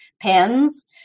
pins